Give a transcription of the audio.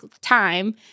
time